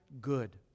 good